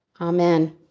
Amen